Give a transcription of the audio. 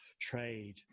trade